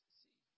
see